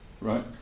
right